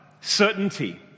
Certainty